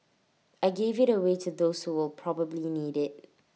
I gave IT away to those who will probably need IT